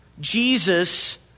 Jesus